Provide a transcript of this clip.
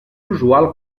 usual